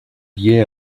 lié